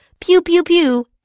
pew-pew-pew